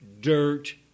dirt